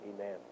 Amen